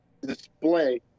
display